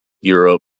Europe